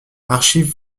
archives